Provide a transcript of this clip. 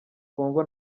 congo